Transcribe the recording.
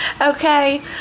Okay